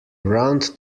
round